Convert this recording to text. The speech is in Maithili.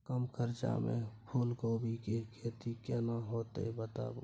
कम खर्चा में फूलकोबी के खेती केना होते बताबू?